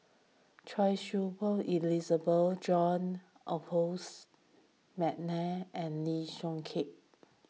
Choy Su Moi Elizabeth John Adolphus McNair and Lee Yong Kiat